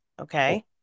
okay